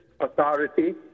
Authority